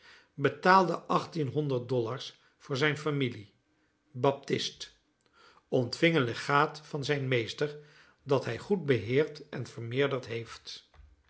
betaalde achttienhonderd dollars voor zijne familie baptist ontving een legaat van zijn meester dat hij goed beheerd en vermeerderd heeft